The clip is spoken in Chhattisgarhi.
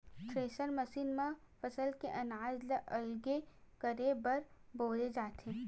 थेरेसर मसीन म फसल ले अनाज ल अलगे करे बर बउरे जाथे